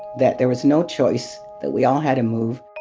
that there was no choice, that we all had to move